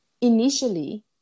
initially